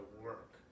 work